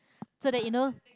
so that you know